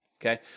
okay